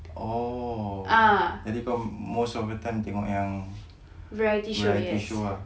oh jadi kau most of the time tengok yang variety show ah